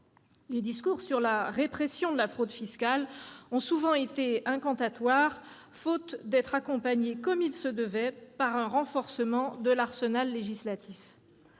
Les discours sur la répression de la fraude fiscale ont souvent été incantatoires, faute d'être accompagnés, comme il se devait, par un renforcement de l'arsenal législatif.